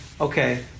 Okay